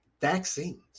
vaccines